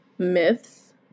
myths